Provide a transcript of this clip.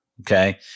Okay